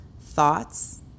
thoughts